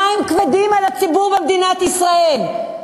המים כבדים על הציבור במדינת ישראל.